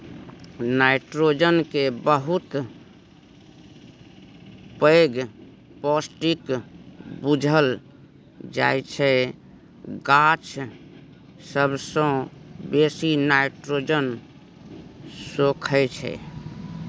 nitrogen केँ बहुत पैघ पौष्टिक बुझल जाइ छै गाछ सबसँ बेसी नाइट्रोजन सोखय छै